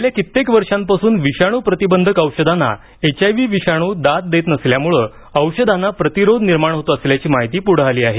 गेल्या कित्येक वर्षापासून विषाणूप्रतिबंधक औषधांना एचआयव्ही विषाणू दाद देत नसल्यानं औषधांना प्रतिरोध निर्माण होत असल्याची माहिती पुढे आली आहे